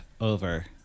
over